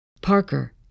Parker